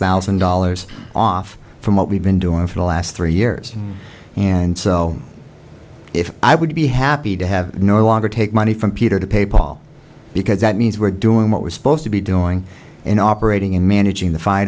thousand dollars off from what we've been doing for the last three years and so if i would be happy to have no longer take money from peter to pay paul because that means we're doing what we're supposed to be doing in operating in managing the fire